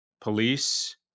police